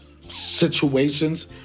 situations